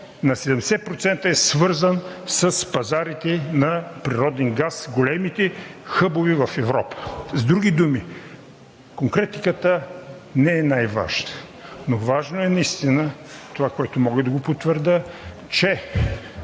на 70% е свързан с пазарите на природен газ – големите хъбове в Европа. С други думи, конкретиката не е най-важна, но важно е наистина това, което мога да потвърдя, че